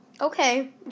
Okay